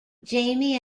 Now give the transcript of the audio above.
jamie